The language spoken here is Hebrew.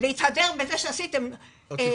להתהדר בזה שעשיתם --- האם